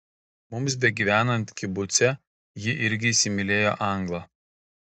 mums begyvenant kibuce ji irgi įsimylėjo anglą